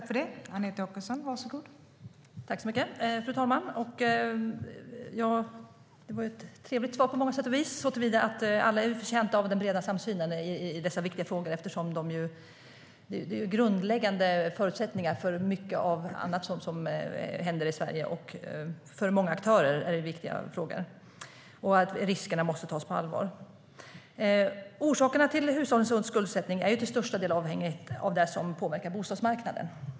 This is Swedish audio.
Fru talman! Det var ett trevligt svar på många sätt och vis. Alla är betjänta av den breda samsynen i dessa viktiga frågor. Det handlar ju om grundläggande förutsättningar för annat som händer i Sverige, och för många aktörer är det viktiga frågor. Riskerna måste tas på allvar. Orsakerna till hushållens skuldsättning är till störst del avhängiga av det som påverkar bostadsmarknaden.